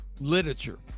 literature